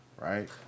right